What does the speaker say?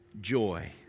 joy